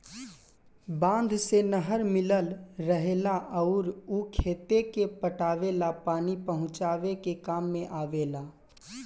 बांध से नहर मिलल रहेला अउर उ खेते के पटावे ला पानी पहुचावे के काम में आवेला